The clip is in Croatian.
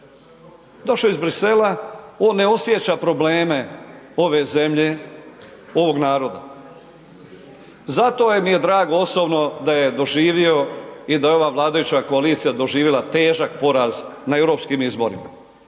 došao iz Bruxellesa, on ne osjeća probleme ove zemlje, ovog naroda. Zato mi je drago osobno da je doživio i da je ova vladajuća koalicija doživjela težak poraz na europskim izborima